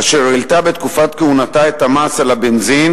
אשר העלתה בתקופת כהונתה את המס על הבנזין